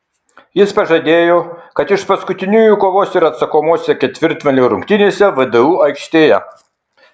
jis pažadėjo kad iš paskutiniųjų kovos ir atsakomose ketvirtfinalio rungtynėse vdu aikštėje